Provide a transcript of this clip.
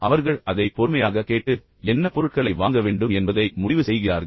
அவர்கள் அதை பொறுமையாகக் கேட்டு பின்னர் என்ன பொருட்களை வாங்க வேண்டும் என்பதை முடிவு செய்கிறார்கள்